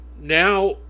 now